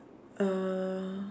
uh